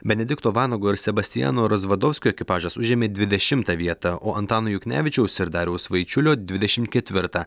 benedikto vanago ir sebastiano rozvadovskio ekipažas užėmė dvidešimtą vietą o antano juknevičiaus ir dariaus vaičiulio dvidešim ketvirtą